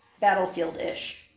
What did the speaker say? battlefield-ish